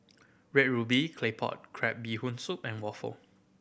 Red Ruby Claypot Crab Bee Hoon Soup and waffle